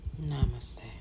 Namaste